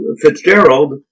Fitzgerald